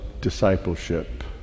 discipleship